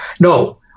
No